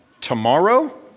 tomorrow